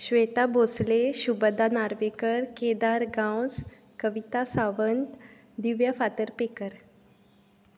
Shweta Bosle Shubada Narvekar Kedar Gawas Kavita Sawant Divya Fatarpekar